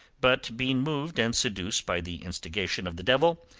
but being moved and seduced by the instigation of the devil,